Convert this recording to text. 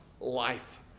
life